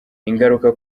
ingaruka